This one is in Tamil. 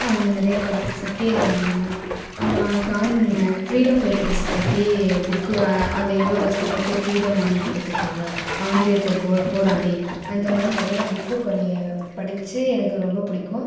நிறையா படிச்சு சத்தியக்கிரகணம் ம காண் ஃப்ரீடம் ஃபைட்டர்ஸை பற்றி புக்கு அதில் எவ்வளோ கஷ்டப்பட்டு ஃப்ரீடம் வாங்கி கொடுத்துருக்காங்க ஆங்கிலேயர் கிட்ட போ போராடி அந்த மாதிரி நிறையா புக்கு படி படிச்சு எனக்கு ரொம்பப் பிடிக்கும்